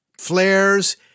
flares